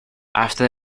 after